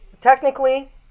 technically